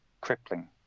crippling